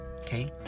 okay